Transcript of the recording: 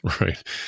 right